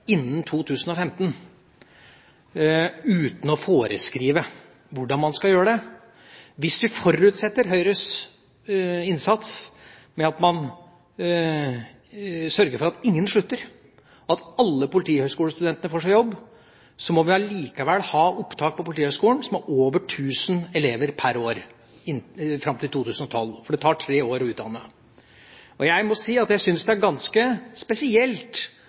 innen 2015 uten å foreskrive hvordan man skal gjøre det. Hvis vi forutsetter Høyres innsats og at man sørger for at ingen slutter og at alle politihøgskolestudenter får seg jobb, må vi allikevel ha opptak på Politihøgskolen med over 1 000 elever per år fram til 2012, for det tar tre år å utdanne dem. Jeg må si jeg syns det er ganske spesielt